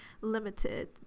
limited